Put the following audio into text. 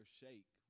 shake